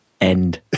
end